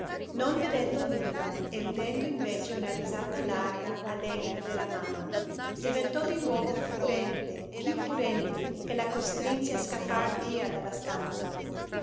non vedendo nulla e udendo invece una risata larga allegra della mamma diventò di nuovo furente più furente e la costrinse a scappar via dalla stanza